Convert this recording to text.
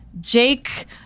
Jake